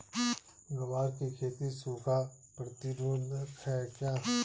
ग्वार की खेती सूखा प्रतीरोधक है क्या?